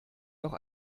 noch